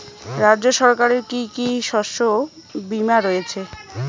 রাজ্য সরকারের কি কি শস্য বিমা রয়েছে?